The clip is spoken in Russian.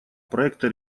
проекта